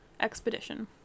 expedition